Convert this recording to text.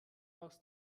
aus